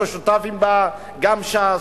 שותפים בה גם ש"ס,